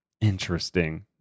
interesting